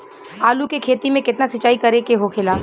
आलू के खेती में केतना सिंचाई करे के होखेला?